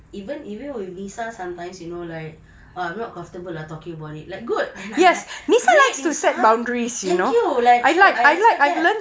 even even with nisa sometimes you know like ah I'm not comfortable ah talking about it like good then I'm like great nisa thank you like no I respect that